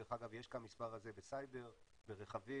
דרך אגב, יש את המספר הזה בסייבר, ברכבים,